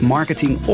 Marketing